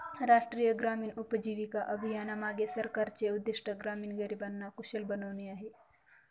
राष्ट्रीय ग्रामीण उपजीविका अभियानामागे सरकारचे उद्दिष्ट ग्रामीण गरिबांना कुशल बनवणे आहे